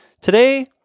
Today